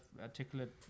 articulate